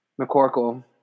McCorkle